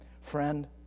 Friend